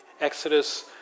Exodus